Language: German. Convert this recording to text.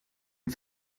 und